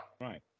Right